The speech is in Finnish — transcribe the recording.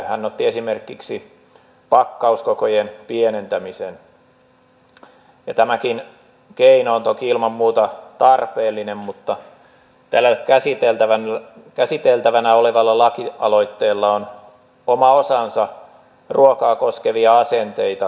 hän otti esimerkiksi pakkauskokojen pienentämisen ja tämäkin keino on toki ilman muuta tarpeellinen mutta tällä käsiteltävänä olevalla lakialoitteella on oma osansa ruokaa koskevia asenteita sivuavassa keskustelussa